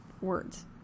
words